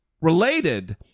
related